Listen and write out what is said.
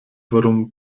warum